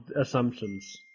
assumptions